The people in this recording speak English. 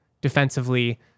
defensively